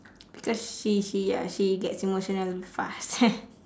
because she she uh she gets emotional fast